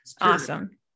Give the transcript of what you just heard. awesome